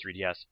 3DS